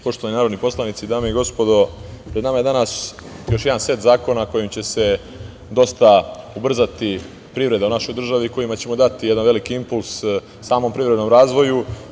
Poštovani narodni poslanici, dame i gospodo, pred nama je danas još jedan set zakona kojim će se dosta ubrzati privreda u našoj državi, kojima ćemo dati jedan veliki puls samom privrednom razvoju.